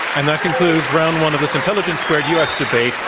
and that concludes round one of this intelligence squared u. s. debate,